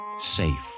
safe